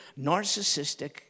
narcissistic